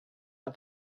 out